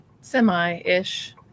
semi-ish